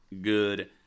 good